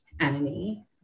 enemy